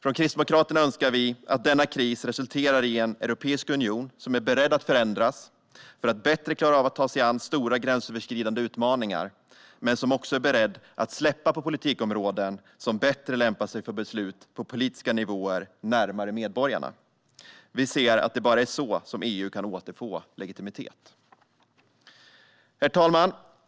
Vi kristdemokrater önskar att denna kris resulterar i en europeisk union som är beredd att förändras för att bättre klara av att ta sig an stora gränsöverskridande utmaningar men som också är beredd att släppa på politikområden som bättre lämpar sig för beslut på politiska nivåer närmare medborgarna. Vi anser att det bara är på det sättet som EU kan återfå legitimitet. Herr talman!